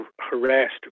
harassed